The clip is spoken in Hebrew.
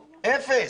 אפס.